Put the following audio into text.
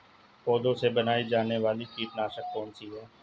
पौधों से बनाई जाने वाली कीटनाशक कौन सी है?